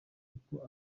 uko